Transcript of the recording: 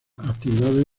actividades